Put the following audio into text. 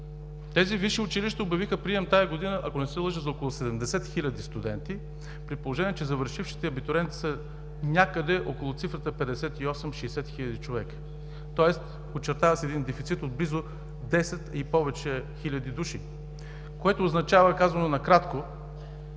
Тези висши училища обявиха прием тази година, ако не се лъжа, за около 70 хил. студенти, при положение че завършващите абитуриенти са някъде около цифрата 58-60 хиляди. Тоест очертава се един дефицит от близо 10 и повече хиляди души. Това означава, казано накратко,